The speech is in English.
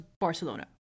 Barcelona